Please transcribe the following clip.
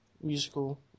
Musical